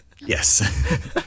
Yes